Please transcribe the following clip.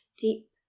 deep